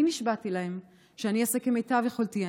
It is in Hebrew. אני נשבעתי להן שאני אעשה כמיטב יכולתי.